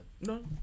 No